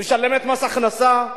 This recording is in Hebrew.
משלמת מס הכנסה,